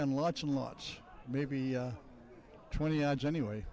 and lots and lots maybe twenty yards anyway